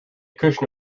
cushion